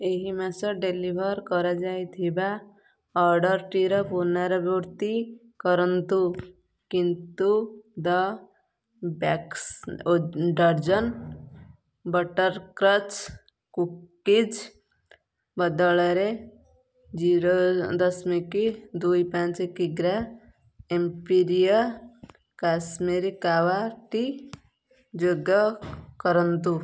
ତିନି ମାସ ଡ଼େଲିଭର୍ କରାଯାଇଥିବା ଅର୍ଡ଼ର୍ଟିର ପୁନରାବୃତ୍ତି କରନ୍ତୁ କିନ୍ତୁ ଡ଼ର୍ଜନ୍ ବଟର୍ କ୍ରଚ୍ କୁକିଜ୍ ବଦଳରେ ଜିରୋ ଦଶମିକ ଦୁଇ ପାଞ୍ଚ କିଗ୍ରା ଏମ୍ପିରିୟା କାଶ୍ମୀର କାୱା ଟି ଯୋଗ କରନ୍ତୁ